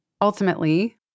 Ultimately